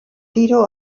tiro